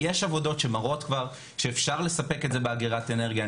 יש עבודות שמראות כבר שאפשר לספק את זה באגירת אנרגיה.